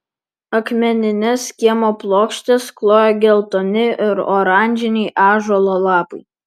akmenines kiemo plokštes klojo geltoni ir oranžiniai ąžuolo lapai